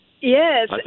Yes